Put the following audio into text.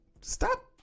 stop